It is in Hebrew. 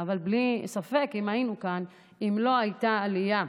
אבל ספק אם היינו כאן אם לא הייתה עלייה.